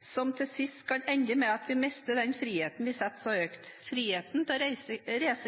som til sist kan ende med at vi mister den friheten vi setter så høyt: frihet til å reise